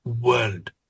world